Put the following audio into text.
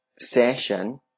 session